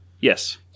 yes